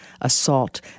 assault